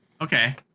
Okay